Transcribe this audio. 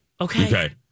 okay